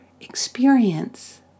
experience